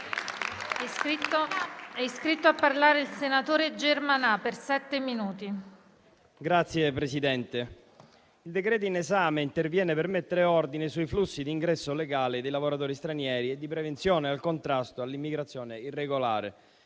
provvedimento in esame interviene per mettere ordine sui flussi d'ingresso illegale dei lavoratori stranieri e di prevenzione al contrasto all'immigrazione irregolare,